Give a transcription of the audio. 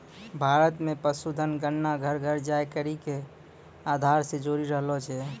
भारत मे पशुधन गणना घर घर जाय करि के आधार से जोरी रहलो छै